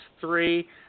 three